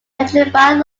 petrified